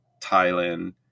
Thailand